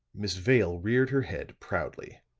miss vale reared her head proudly.